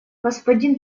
господин